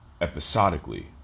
episodically